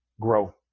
grow